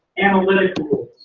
analytic